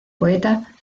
poeta